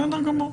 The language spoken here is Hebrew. בסדר גמור.